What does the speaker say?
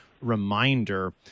reminder